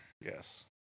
yes